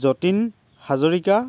Jatin Hazarika